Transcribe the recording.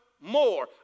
more